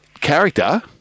character